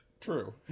True